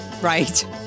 Right